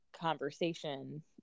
conversation